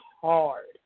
hard